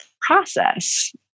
process